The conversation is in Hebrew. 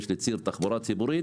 שם יש ציר לתחבורה ציבורית